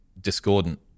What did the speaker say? discordant